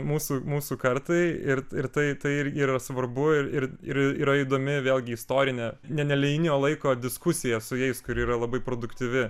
mūsų mūsų kartai ir ir tai irgi yra svarbu ir ir yra įdomi vėlgi istorine ne nelinijinio laiko diskusija su jais kuri yra labai produktyvi